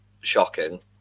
shocking